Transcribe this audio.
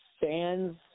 fans